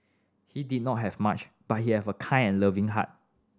he did not have much but he have a kind and loving heart